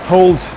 Hold